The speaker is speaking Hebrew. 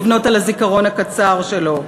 לבנות על הזיכרון הקצר שלו.